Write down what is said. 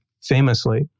famously